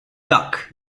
duck